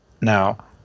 Now